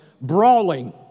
brawling